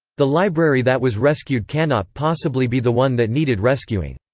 the library that was rescued cannot possibly be the one that needed rescuing.